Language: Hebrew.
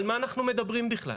על מה אנחנו מדברים בכלל?